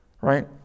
right